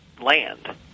land